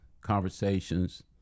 conversations